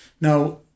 Now